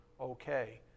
okay